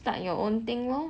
start your own thing lor